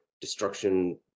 destruction